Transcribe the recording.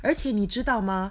而且你知道吗